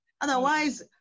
Otherwise